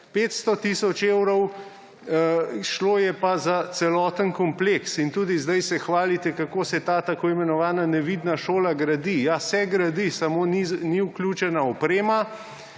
500 tisoč evrov, šlo je pa za celoten kompleks. In tudi zdaj se hvalite, kako se ta tako imenovana nevidna šola gradi. Ja, se gradi, samo ni vključena oprema